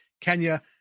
kenya